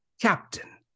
Captain